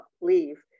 leave